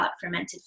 fermented